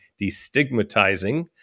destigmatizing